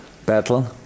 Battle